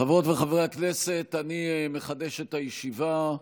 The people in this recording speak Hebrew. חברות וחברי הכנסת, אני מחדש את הישיבה.